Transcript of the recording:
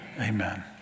Amen